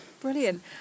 Brilliant